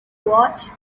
watch